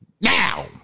now